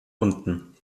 unten